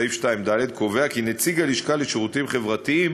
נקבע בסעיף 2(ד) כי "נציג הלשכה לשירותים חברתיים